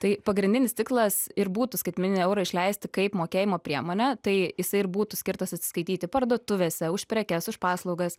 tai pagrindinis tikslas ir būtų skaitmeninį eurą išleisti kaip mokėjimo priemonę tai jisai ir būtų skirtas atsiskaityti parduotuvėse už prekes už paslaugas